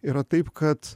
yra taip kad